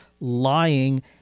lying